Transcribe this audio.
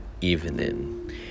evening